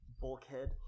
bulkhead